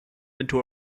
into